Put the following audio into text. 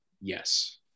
yes